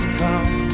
come